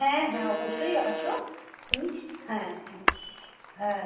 হ্যাঁ হ্যাঁ অবশ্যই আসো তুমি হ্যাঁ হ্যাঁ হ্যাঁ হ্যাঁ